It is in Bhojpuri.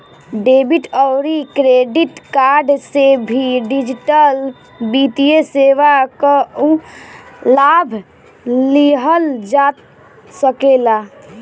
डेबिट अउरी क्रेडिट कार्ड से भी डिजिटल वित्तीय सेवा कअ लाभ लिहल जा सकेला